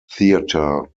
theatre